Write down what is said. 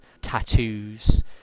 tattoos